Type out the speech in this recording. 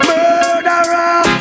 Murderer